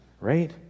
right